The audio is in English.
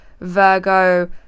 Virgo